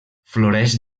floreix